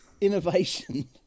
Innovation